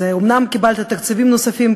אז אומנם קיבלת תקציבים נוספים,